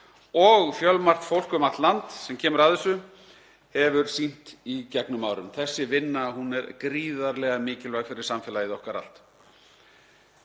og fjölmargt fólk um allt land sem kemur að þessu hefur sýnt í gegnum árin. Þessi vinna er gríðarlega mikilvæg fyrir samfélagið okkar allt.